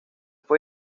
fue